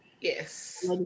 Yes